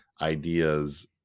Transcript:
ideas